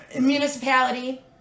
municipality